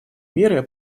меры